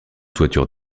toiture